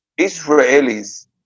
Israelis